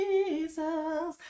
Jesus